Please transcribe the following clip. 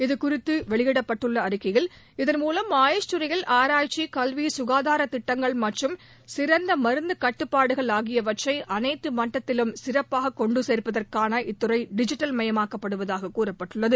இதுகுறித்து வெளியிடப்பட்டுள்ள அறிக்கையில் இதன்மூலம் ஆயுஷ் துறையில் ஆராய்ச்சி கல்வி ககாதார திட்டங்கள் மற்றும் சிறந்த மருந்து கட்டுப்பாடுகள் ஆகியவற்றை அனைத்து மட்டத்திலும் சிறப்பாக கொண்டு சேர்ப்பதற்காக இத்துறை கூறப்பட்டுள்ளது